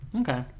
Okay